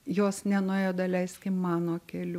jos nenuėjo daleiskim mano keliu